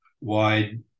wide